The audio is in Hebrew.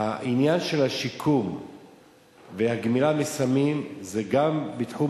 העניין של השיקום והגמילה מסמים זה גם בתחום